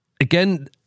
again